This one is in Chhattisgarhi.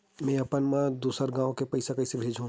में अपन मा ला दुसर गांव से पईसा कइसे भेजहु?